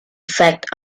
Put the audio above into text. fact